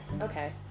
okay